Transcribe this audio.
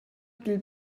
dil